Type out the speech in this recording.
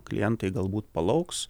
klientai galbūt palauks